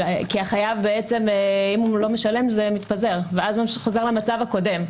כי אם הוא לא משלם זה מתפזר ואז זה חוזר למצב הקודם.